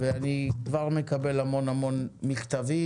אני כבר מקבל המון מכתבים,